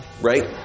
right